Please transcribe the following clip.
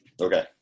Okay